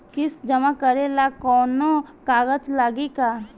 किस्त जमा करे ला कौनो कागज लागी का?